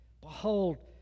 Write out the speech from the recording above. behold